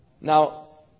Now